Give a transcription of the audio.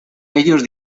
ellos